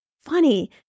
funny